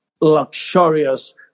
luxurious